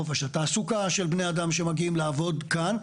חופש התעסוקה של בני אדם שמגיעים לעבוד כאן,